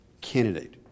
candidate